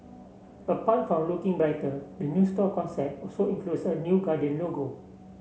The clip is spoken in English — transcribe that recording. apart from looking brighter the new store concept also includes a new Guardian logo